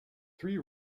three